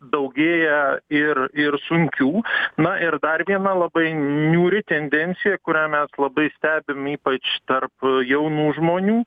daugėja ir ir sunkių na ir dar viena labai niūri tendencija kurią mes labai stebim ypač tarp jaunų žmonių